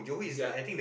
yeah